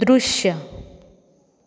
दृश्य